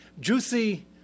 juicy